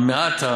המעט,